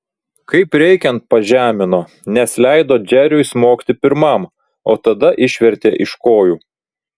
kaip reikiant pažemino nes leido džeriui smogti pirmam o tada išvertė iš kojų